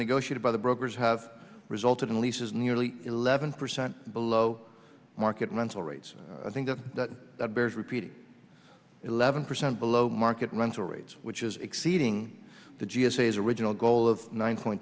negotiated by the brokers have resulted in leases nearly eleven percent below market rental rates i think that bears repeating eleven percent below market rental rates which is exceeding the g s a is original goal of one point